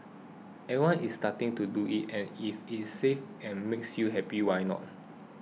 everyone is starting to do it and if it is safe and makes you happy why not